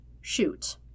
Shoot